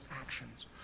actions